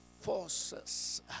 forces